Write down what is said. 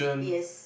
ya